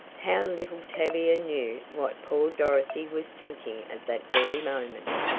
how little tavia knew what poor dorothy was thinking at that very moment!